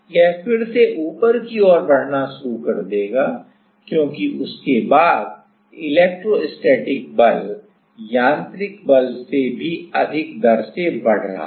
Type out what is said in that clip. यह फिर से ऊपर की ओर बढ़ना शुरू कर देगा क्योंकि उसके बाद इलेक्ट्रोस्टैटिक बल यांत्रिक बल से भी अधिक दर से बढ़ रहा है